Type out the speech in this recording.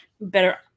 better